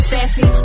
Sassy